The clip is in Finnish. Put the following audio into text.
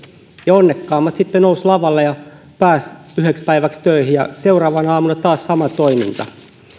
onnekkaammat nousivat lavalle ja pääsivät yhdeksi päiväksi töihin ja seuraavana aamuna taas sama toiminta ajattelin